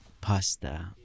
pasta